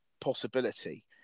possibility